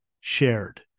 shared